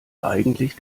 eigentlich